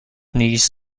knees